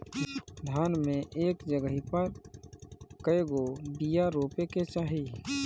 धान मे एक जगही पर कएगो बिया रोपे के चाही?